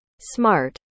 Smart